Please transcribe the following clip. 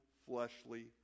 Fleshly